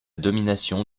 domination